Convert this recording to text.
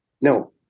No